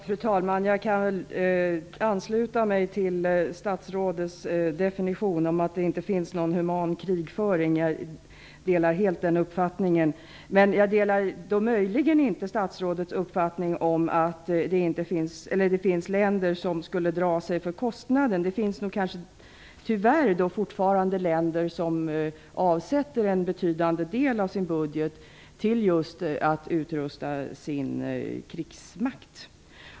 Fru talman! Jag kan ansluta mig till statsrådets definition om att det inte finns någon human krigföring. Jag delar helt den uppfattningen. Däremot delar jag nog inte statsrådets uppfattning att det finns länder som skulle dra sig för kostnaden. Det finns tyvärr fortfarande länder som avsätter en betydande del av sin budget för att utrusta sin krigsmakt.